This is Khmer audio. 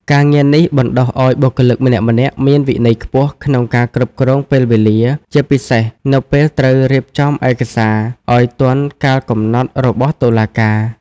ការងារនេះបណ្តុះឱ្យបុគ្គលម្នាក់ៗមានវិន័យខ្ពស់ក្នុងការគ្រប់គ្រងពេលវេលា ជាពិសេសនៅពេលត្រូវរៀបចំឯកសារឱ្យទាន់កាលកំណត់របស់តុលាការ។